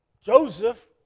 Joseph